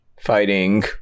fighting